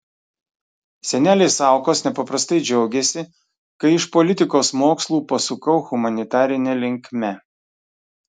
seneliai saukos nepaprastai džiaugėsi kai iš politikos mokslų pasukau humanitarine linkme